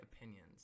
opinions